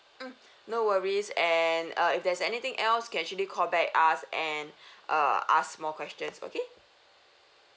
mm no worries and uh if there's anything else can actually call back us and uh ask more questions okay